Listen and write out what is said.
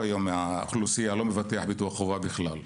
היום מהאוכלוסייה לא מבטח ביטוח חובה בכלל.